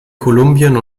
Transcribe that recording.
kolumbien